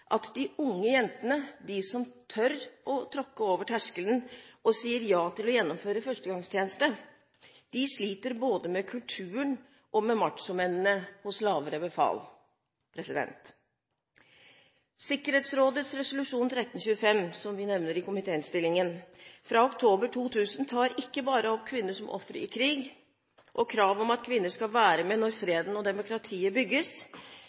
at de unge jentene – de som tør å tråkke over terskelen og si ja til å gjennomføre førstegangstjeneste – sliter både med kulturen og med machomennene blant lavere befal. Sikkerhetsrådets resolusjon 1325 fra oktober 2000 – som vi nevner i komitéinnstillingen – tar ikke bare opp kvinner som ofre i krig, og krav om at kvinner skal være med når freden og demokratiet bygges,